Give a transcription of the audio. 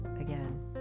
again